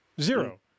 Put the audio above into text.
zero